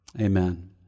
amen